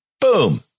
Boom